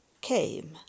came